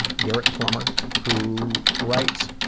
garret plumer who writes,